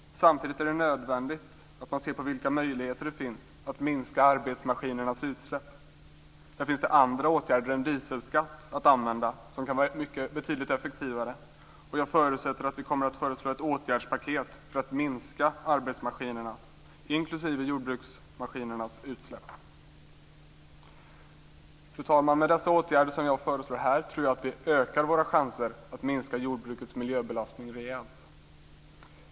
Samtidigt är det nödvändigt att man ser på vilka möjligheter som det finns att minska arbetsmaskinernas utsläpp. Där finns det andra åtgärder än dieselskatt att använda som kan var betydligt effektivare. Och jag förutsätter att vi kommer att föreslå ett åtgärdspaket för att minska arbetsmaskinernas, inklusive jordbruksmaskinernas, utsläpp. Fru talman! Med de åtgärder som jag föreslår här tror jag att vi ökar våra chanser att minska jordbrukets miljöbelastning rejält.